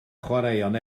chwaraeon